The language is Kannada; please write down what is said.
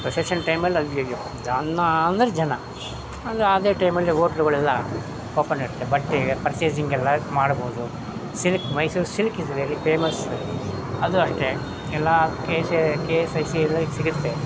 ಪ್ರೊಸೆಷನ್ ಟೈಮಲ್ಲಿ ಅಯ್ಯಯ್ಯೋ ಜನ ಅಂದ್ರೆ ಜನ ಅಂದ್ರೆ ಅದೇ ಟೈಮಲ್ಲಿ ಹೋಟ್ಲುಗಳೆಲ್ಲ ಓಪನ್ ಇರುತ್ತೆ ಬಟ್ಟೆ ಪರ್ಚೇಸಿಂಗ್ ಎಲ್ಲ ಮಾಡ್ಬೋದು silk Mysuru silk is very famous ಅದೂ ಅಷ್ಟೇ ಎಲ್ಲ K C I K S I C ಎಲ್ಲ ಸಿಗುತ್ತೆ